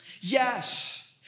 Yes